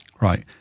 Right